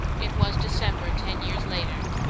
it was december, ten years later.